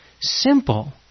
simple